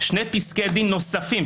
שני פסקי דין נוספים,